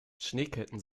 schneeketten